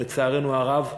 לצערנו הרב,